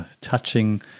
touching